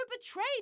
betrayed